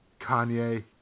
Kanye